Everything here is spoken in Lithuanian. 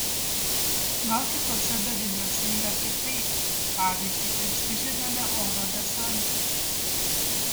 gal kituose daliniuose yra kitaip pavyzdžiui prestižiniame oro desante